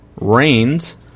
Rains